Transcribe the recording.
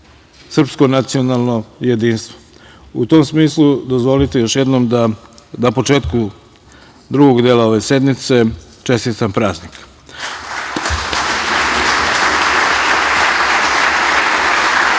srpsko nacionalno jedinstvo. U tom smislu, dozvolite još jednom da na početku drugog dela ove sednice čestitam